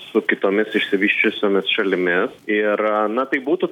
su kitomis išsivysčiusiomis šalimis ir na tai būtų